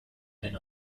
been